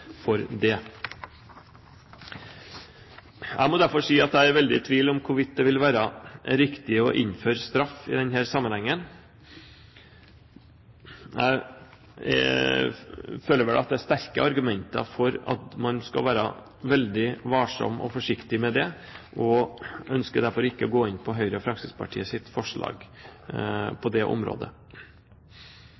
viss ydmykhet. Jeg må derfor si at jeg er veldig i tvil om hvorvidt det vil være riktig å innføre straff i denne sammenhengen. Jeg føler vel at det er sterke argumenter for at man skal være veldig varsom og forsiktig med det, og ønsker derfor ikke å gå inn for Høyre og Fremskrittspartiets forslag